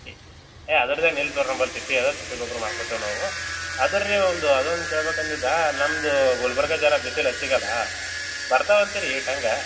ಈ ಏ ಅದ್ರದ್ದು ಏನು ಇಲ್ಲ ತೋರಂಬಲ್ಲ ತಿಪ್ಪೆ ಅದೆ ತಿಪ್ಪೆ ಗೊಬ್ಬರ ಮಾಡ್ಕೋತೇವೆ ನಾವು ಅದರ ರೀ ನೀವೊಂದು ಅದೊಂದು ಕೇಳ್ಬೇಕು ಅಂದಿದ್ದೆ ನಮ್ದು ಗುಲ್ಬರ್ಗ ಝರ ಬಿಸಿಲು ಹೆಚ್ಚಿಗ್ ಅಲ್ಲಾ ಬರ್ತಾವೆ ಅಂತ ರೀ ಈ ಟೈಮ್ಗೆ